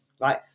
Right